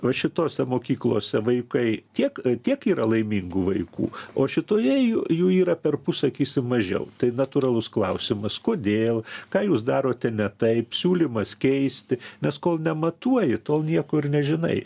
va šitose mokyklose vaikai tiek tiek yra laimingų vaikų o šitoje jų jų yra perpus sakysim mažiau tai natūralus klausimas kodėl ką jūs darote ne taip siūlymas keisti nes kol nematuoji tol nieko ir nežinai